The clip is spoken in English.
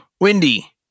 Wendy